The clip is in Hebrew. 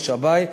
משאבי,